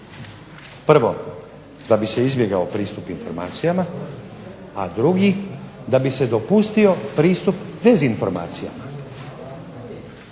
Prvo, da bi se izbjegao pristup informacijama, a drugi da bi se dopustio pristup dezinformacijama.